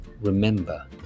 Remember